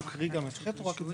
זו הכוונה.